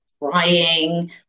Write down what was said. crying